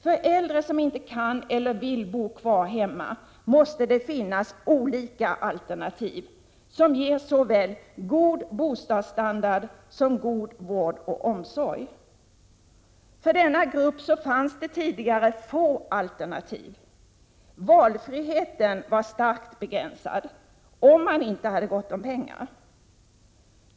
För äldre som inte kan eller vill bo kvar hemma måste det finnas olika alternativ, som ger såväl god bostadsstandard som god vård och omsorg. För denna grupp fanns tidigare få alternativ — valfriheten var starkt begränsad, om man inte hade gott om pengar.